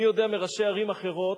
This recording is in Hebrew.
אני יודע מראשי ערים אחרות,